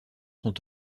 sont